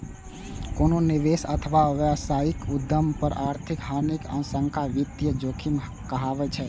कोनो निवेश अथवा व्यावसायिक उद्यम पर आर्थिक हानिक आशंका वित्तीय जोखिम कहाबै छै